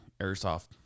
airsoft